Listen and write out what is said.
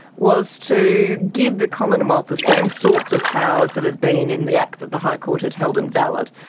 was to give the commonwealth the same sorts of powers that had been in the act that the high court had held invalid,